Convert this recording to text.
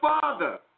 Father